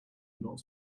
not